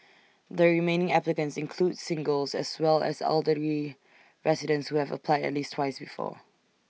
the remaining applicants include singles as well as elderly residents who have applied at least twice before